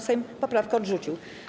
Sejm poprawkę odrzucił.